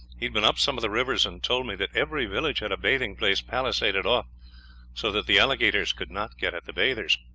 he had been up some of the rivers, and told me that every village had a bathing place palisaded off so that the alligators could not get at the bathers.